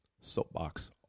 Soapbox